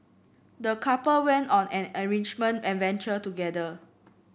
the couple went on an enrichment adventure together